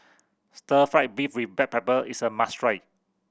Stir Fry beef with black pepper is a must try